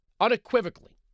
unequivocally